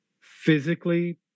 physically